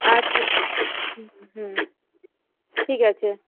আচ্ছা হুম হুম ঠিক আছে